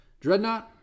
Dreadnought